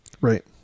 Right